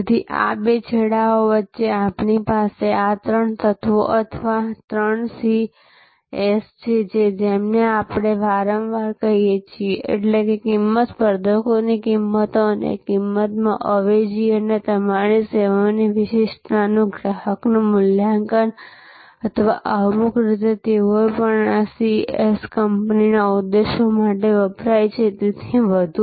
તેથી આ બે છેડાઓ વચ્ચે આપણી પાસે આ ત્રણ તત્વો અથવા ત્રણ CS છે જેમને આપણે વારંવાર કહીએ છીએએટલે કે કિંમત સ્પર્ધકોની કિંમતો અને કિંમતના અવેજી અને તમારી સેવાની વિશિષ્ટતાનું ગ્રાહકોનું મૂલ્યાંકન અથવા અમુક રીતે તેઓ પણ આ CS કંપનીઓના ઉદ્દેશ્યો માટે વપરાય છે અને તેથી વધુ